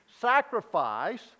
sacrifice